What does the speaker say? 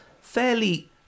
fairly